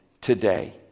today